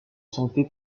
santé